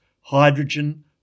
hydrogen